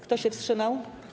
Kto się wstrzymał?